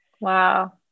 Wow